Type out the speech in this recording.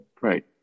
right